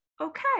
okay